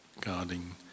guarding